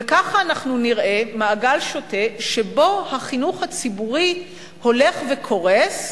וככה אנחנו נראה מעגל שוטה שבו החינוך הציבורי הולך וקורס,